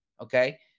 Okay